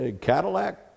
Cadillac